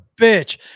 bitch